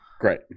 Great